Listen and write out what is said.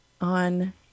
on